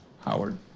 Howard